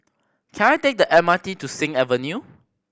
can I take the M R T to Sing Avenue